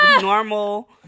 normal